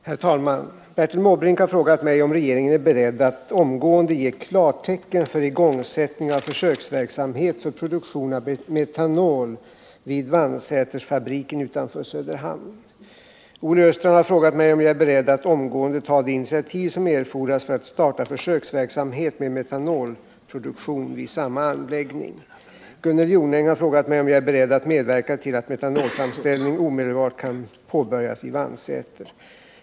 Herr talman! Bertil Måbrink har frågat mig om regeringen är beredd att omgående ge klartecken för igångsättning av försöksverksamhet för produktion av metanol vid Vannsätersfabriken utanför Söderhamn. Olle Östrand har frågat mig om jag är beredd att omgående ta de initiativ som erfordras för att starta försöksverksamhet med metanolproduktion vid samma anläggning. Gunnel Jonäng har frågat mig om jag är beredd att medverka till att metanolframställning omedelbart kan påbörjas i Vannsäter.